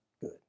good